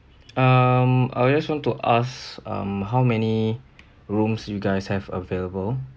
um I'll just want to ask um how many rooms you guys have available